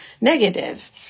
negative